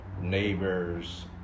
neighbors